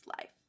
life